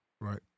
Right